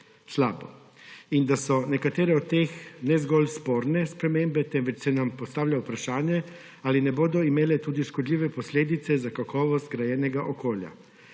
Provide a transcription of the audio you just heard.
da so nekatere od teh sprememb sporne , temveč se nam tudi postavlja vprašanje, ali ne bodo imele tudi škodljivih posledic za kakovost zgrajenega okolja.